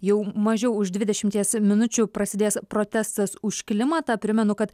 jau mažiau už dvidešimties minučių prasidės protestas už klimatą primenu kad